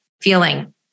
feeling